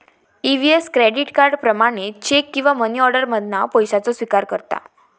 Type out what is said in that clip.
EVS credit card, प्रमाणित cheque किंवा money order मधना पैशाचो स्विकार करता